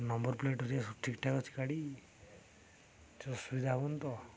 number plate ହରିକା ସବୁ ଠିକ୍ ଠାକ୍ ଅଛି ଗାଡ଼ି କିଛି ଅସୁବିଧା ହବନି ତ